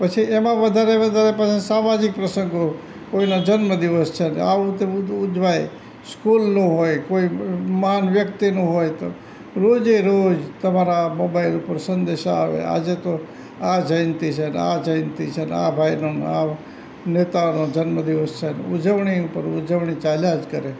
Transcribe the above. પછી એમાં વધારે વધારે પાછા સામાજિક પ્રસંગો કોઈના જન્મ દિવસ છે અને આવું તે બધું ઉજવાય સ્કુલનું હોય કોઈ મહાન વ્યક્તિનું હોય તો રોજે રોજ તમારા મોબાઈલ પર સંદેશો આવે આજે તો આ જયંતી છે ને આ જયંતી છે અને આ ભાઈનું આ નેતાઓનો જન્મ દિવસ છે અને ઉજવણી ઉપર ઉજવણી ચાલ્યા જ કરે